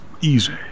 easy